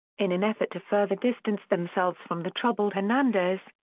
in an effort to further distance themselves from the troubled hernandez,